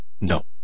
No